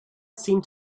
seemed